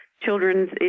children's